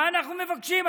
מה אנחנו מבקשים?